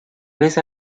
vez